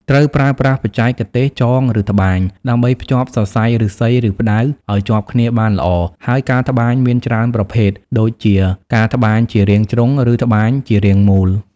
ត្រូវប្រើប្រាស់បច្ចេកទេស ចង ឬ ត្បាញ ដើម្បីភ្ជាប់សរសៃឫស្សី ឬផ្តៅឲ្យជាប់គ្នាបានល្អ ហើយការត្បាញមានច្រើនប្រភេទ ដូចជា ការត្បាញជារាងជ្រុង ឬត្បាញជារាងមូល។